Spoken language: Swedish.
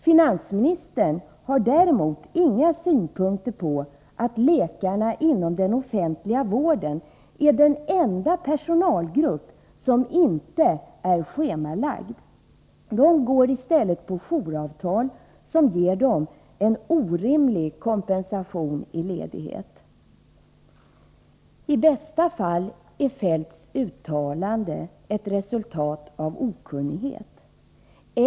Finansministern har däremot inga synpunkter på att läkarna inom den offentliga vården är den enda personalgrupp vars arbete inte är schemalagt. De går i stället på jouravtal, som ger dem en orimlig kompensation i ledighet. I bästa fall är Feldts uttalanden ett resultat av okunnighet.